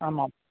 ஆமாம்